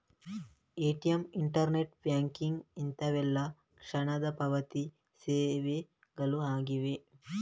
ATM, internet banking ಇಂತವೆಲ್ಲ ತಕ್ಷಣದ ಪಾವತಿ ಸೇವೆಗಳು ಆಗಿವೆ